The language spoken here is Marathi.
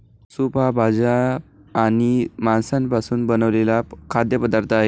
सूप हा भाज्या आणि मांसापासून बनवलेला खाद्य पदार्थ आहे